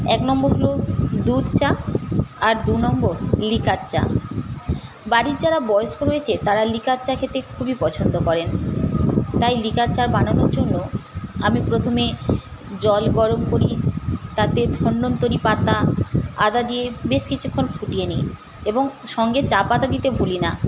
এক নম্বর হলো দুধ চা আর দু নম্বর লিকার চা বাড়ির যারা বয়স্ক হয়েছে তারা লিকার চা খেতে খুবই পছন্দ করেন তাই লিকার চা বানানোর জন্য আমি প্রথমে জল গরম করি তাতে ধন্বন্তরি পাতা আদা দিয়ে বেশ কিছুক্ষণ ফুটিয়ে নিই এবং সঙ্গে চা পাতা দিতে ভুলি না